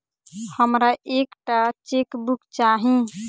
हमरा एक टा चेकबुक चाहि